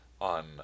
on